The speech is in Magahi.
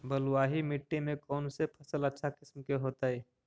बलुआही मिट्टी में कौन से फसल अच्छा किस्म के होतै?